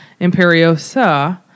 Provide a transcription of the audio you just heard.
Imperiosa